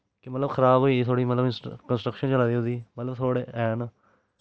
मतलव खराब होई दी मतलव कंस्ट्रक्शन चला दी थोह्ड़ी